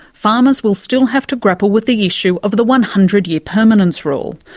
farmers will still have to grapple with the issue of the one hundred year permanence rule,